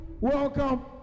welcome